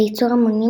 בייצור המוני,